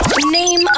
Name